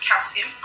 calcium